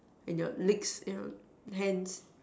and your legs you know hands